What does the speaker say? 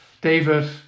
David